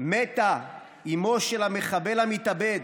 מתה אימו של המחבל המתאבד,